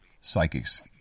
psychics